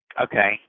Okay